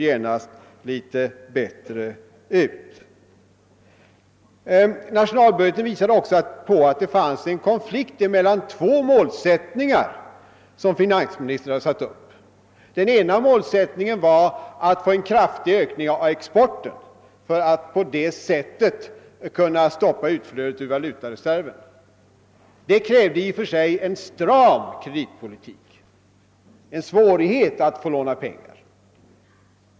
Nationalbudgeten visade också att det fanns en konflikt mellan två målsättningar som finansministern hade satt upp. Den ena målsättningen var att få till stånd en kraftig ökning av exporten för att på det sättet stoppa utflödet ur valutareserven. Detta krävde en stram kreditpolitik och svårigheter att få låna pengar.